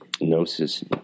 gnosis